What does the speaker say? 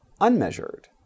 unmeasured